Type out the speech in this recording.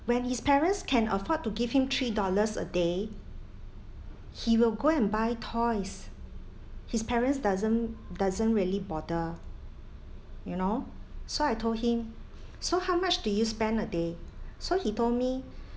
when his parents can afford to give him three dollars a day he will go and buy toys his parents doesn't doesn't really bother you know so I told him so how much do you spend a day so he told me